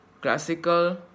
classical